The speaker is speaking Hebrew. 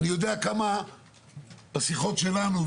אני יודע כמה השיחות שלנו,